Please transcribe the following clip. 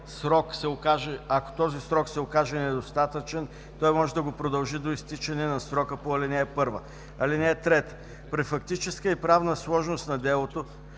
Ако този срок се окаже недостатъчен, той може да го продължи до изтичане на срока по ал. 1. (3) При фактическа и правна сложност на делото